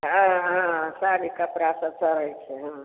हँ हँ साड़ी कपड़ा सब चढ़ैत छै हूँ